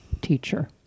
Teacher